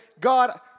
God